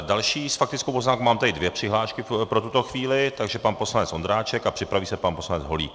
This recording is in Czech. Další s faktickou poznámkou, mám tady dvě přihlášky pro tuto chvíli, takže pan poslanec Ondráček a připraví se pan poslanec Holík.